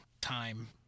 time